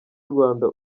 rwanda